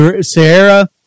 Sierra